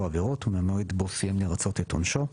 העבירות ומהמועד בו סיים לרצות את עונשו.